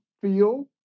feel